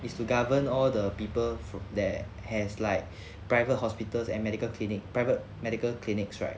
is to govern all the people from their has like private hospitals and medical clinic private medical clinics right